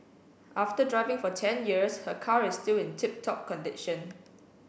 after driving for ten years her car is still in tip top condition